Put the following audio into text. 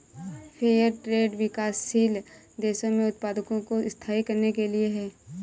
fair trade विकासशील देशों में उत्पादकों को स्थायी करने के लिए है